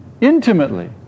intimately